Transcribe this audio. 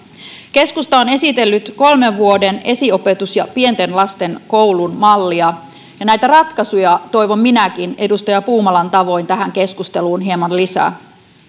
keskusta on esitellyt kolmen vuoden esiopetus ja pienten lasten koulu mallia ja näitä ratkaisuja toivon minäkin edustaja puumalan tavoin tähän keskusteluun hieman lisää